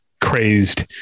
crazed